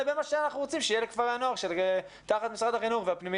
לבין מה שאנחנו רוצים שיהיה לכפרי הנוער והפנימיות תחת משרד החינוך.